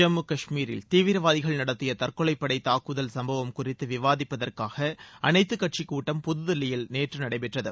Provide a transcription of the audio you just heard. ஜம்மு கஷ்மீரில் தீவிரவாதிகள் நடத்திய தற்கொலைப்படைத் தாக்குதல் சம்பவம் குறித்து விவாதிப்பதற்காக அனைத்துக் கட்சிக் கூட்டம் புதுதில்லியில் நேற்று நடைபெற்றது